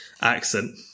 accent